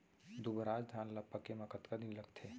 दुबराज धान ला पके मा कतका दिन लगथे?